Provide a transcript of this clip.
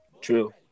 True